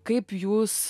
kaip jūs